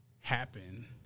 happen